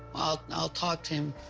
i'll talk to him.